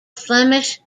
flemish